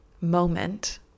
moment